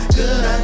good